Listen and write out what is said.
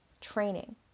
training